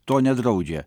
to nedraudžia